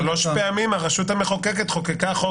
שלוש פעמים הרשות המחוקקת חוקקה חוק